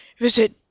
Visit